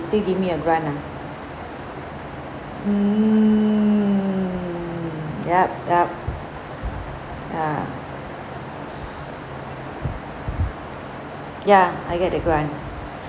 still give me a grant ah mm yup yup ah ya I get the grant